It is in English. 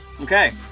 Okay